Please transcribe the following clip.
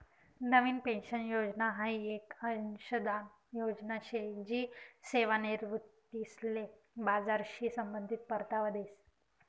नवीन pension योजना हाई येक अंशदान योजना शे जी सेवानिवृत्तीसले बजारशी संबंधित परतावा देस